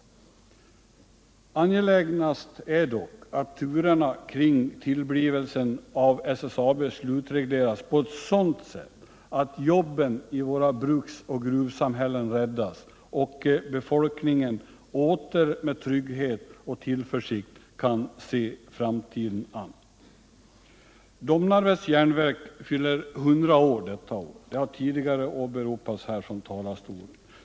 Angelägnast är dock att turerna kring tillblivelsen av SSAB slutregleras på sådant sätt att jobben i våra bruksoch gruvsamhällen räddas och befolkningen åter med trygghet och tillförsikt kan se framtiden an. Domnarvets Jernverk fyller 100 år detta år; det har tidigare åberopats här från talarstolen.